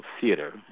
theater